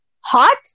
hot